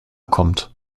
kommt